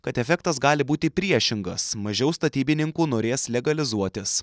kad efektas gali būti priešingas mažiau statybininkų norės legalizuotis